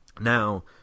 Now